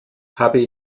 habe